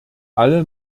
alle